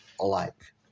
alike